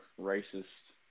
racist